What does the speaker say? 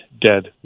dead